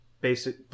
basic